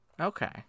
Okay